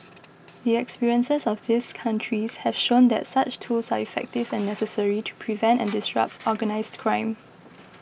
the experiences of these countries have shown that such tools are effective and necessary to prevent and disrupt organised crime